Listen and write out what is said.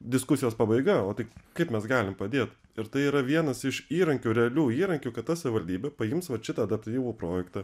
diskusijos pabaiga o tai kaip mes galim padėt ir tai yra vienas iš įrankių realių įrankių kad ta savivaldybė paims vat šitą adaptyvų projektą